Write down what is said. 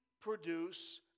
produce